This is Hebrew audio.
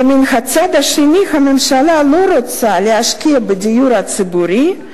ומהצד השני הממשלה לא רוצה להשקיע בדיור הציבורי,